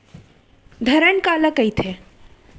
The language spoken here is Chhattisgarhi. धरण काला कहिथे?